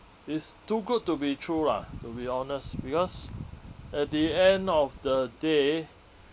is too good to be true lah to be honest because at the end of the day